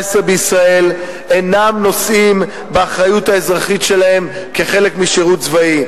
בישראל אינם נושאים באחריות האזרחית שלהם כחלק משירות צבאי.